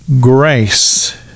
grace